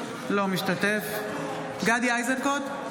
אינו משתתף בהצבעה גדי איזנקוט,